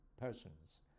persons